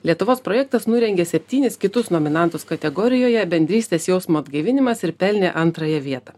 lietuvos projektas nurengė septynis kitus nominantus kategorijoje bendrystės jausmo atgaivinimas ir pelnė antrąją vietą